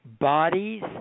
Bodies